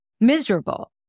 miserable